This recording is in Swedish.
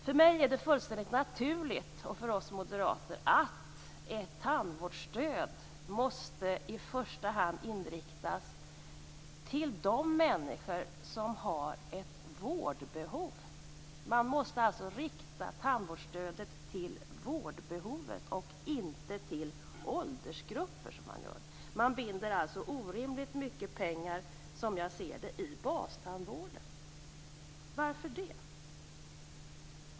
För mig och för oss moderater är det fullständigt naturligt att ett tandvårdsstöd i första hand måste inriktas på de människor som har ett vårdbehov. Man måste alltså rikta tandvårdsstödet till vårdbehovet och inte till åldersgrupper, som man gör. Man binder orimligt mycket pengar, som jag ser det, i bastandvården. Varför det?